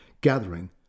gathering